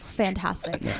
fantastic